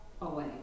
away